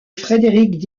frederick